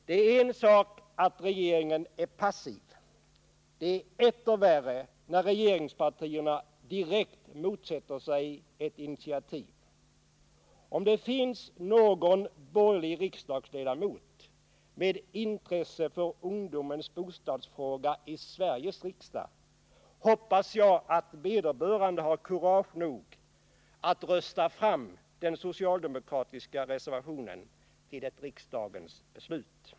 Det är en sak att regeringen är passiv. men det är etter värre att regeringspartierna direkt motsätter sig ett initiativ. Om det finns någon borgerlig ledamot i Sveriges riksdag med intresse för ungdomens bostadsproblem hoppas jag att vederbörande har kurage att rösta fram den socialdemokratiska reservationen till ett riksdagens beslut.